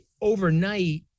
overnight